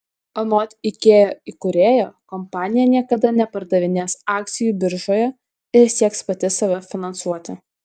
anot ikea įkūrėjo kompanija niekada nepardavinės akcijų biržoje ir sieks pati save finansuoti